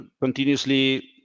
continuously